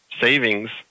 savings